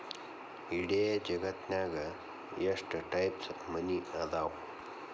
ಇಡೇ ಜಗತ್ತ್ನ್ಯಾಗ ಎಷ್ಟ್ ಟೈಪ್ಸ್ ಮನಿ ಅದಾವ